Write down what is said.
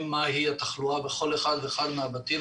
מה היא התחלואה בכל אחד ואחד מהבתים.